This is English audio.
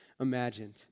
imagined